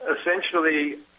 essentially